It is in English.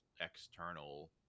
external